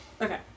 Okay